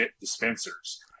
dispensers